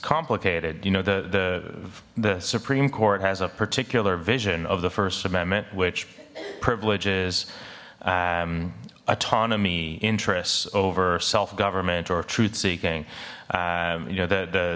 complicated you know the the the supreme court has a particular vision of the first amendment which privileges autonomy interests over self government or truth seeking you know th